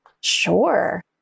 Sure